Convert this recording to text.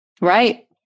Right